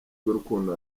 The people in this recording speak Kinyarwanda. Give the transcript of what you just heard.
bw’urukundo